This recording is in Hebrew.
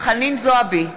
חנין זועבי,